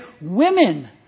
women